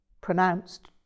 pronounced